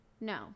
no